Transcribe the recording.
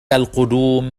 القدوم